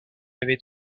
avait